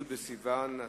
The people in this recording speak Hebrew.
י' בסיוון התשס"ט,